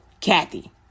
Kathy